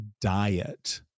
diet